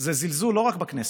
זה זלזול לא רק בכנסת,